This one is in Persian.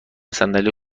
صندلی